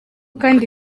kandi